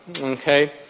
Okay